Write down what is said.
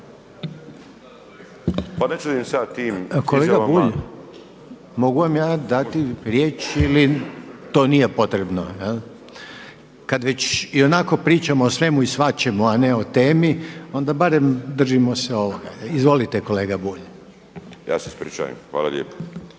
Kolega Bulj, mogu vam ja dati riječ ili to nije potrebno jel'? Kad već ionako pričamo o svemu i svačemu, a ne o temi, onda barem držimo se ovoga. Izvolite kolega Bulj. **Bulj, Miro (MOST)** Ja se ispričajem. Hvala lijepo.